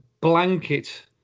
blanket